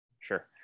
Sure